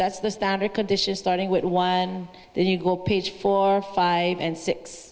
that's the standard condition starting with one then you go page four five and six